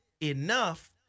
enough